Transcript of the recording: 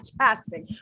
fantastic